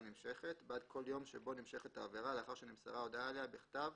נמשכת בעד כל יום שבו נמשכת העבירה לאחר שנמסרה הודעה עליה בכתב